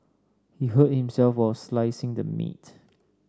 he hurt himself while slicing the meat